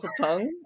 tongue